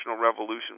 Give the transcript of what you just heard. Revolution